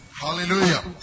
Hallelujah